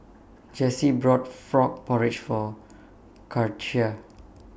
Jessi bought Frog Porridge For Katia